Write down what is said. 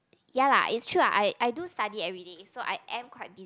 ya lah it's true ah I I do study everyday so I am quite busy